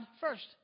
first